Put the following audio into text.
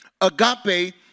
Agape